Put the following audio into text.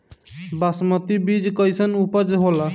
बासमती बीज कईसन उपज होला?